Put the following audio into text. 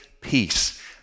peace